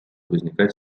возникать